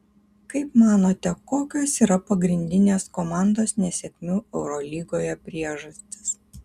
kaip manote kokios yra pagrindinės komandos nesėkmių eurolygoje priežastys